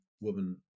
woman